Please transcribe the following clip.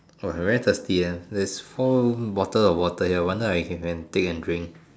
oh I very thirsty ah there's four bottle of water here wonder I can if I can take and drink